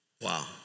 Wow